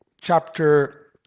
chapter